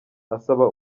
asaba